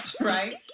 right